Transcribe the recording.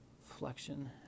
flexion